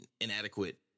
inadequate